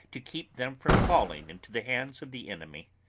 to keep them from falling into the hands of the enemy.